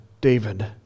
David